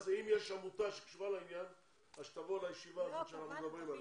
אם יש עמותה שקשורה לעניין אז שתבוא לישיבה הזאת שאנחנו מדברים עליה.